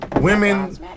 Women